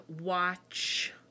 watch